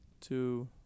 two